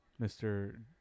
Mr